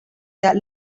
queda